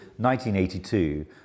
1982